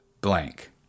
Blank